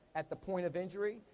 at the point of injury,